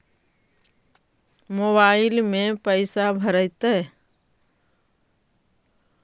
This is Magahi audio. मोबाईल में पैसा भरैतैय?